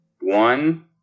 One